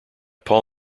paul